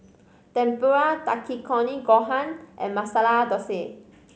Tempura Takikomi Gohan and Masala Dosa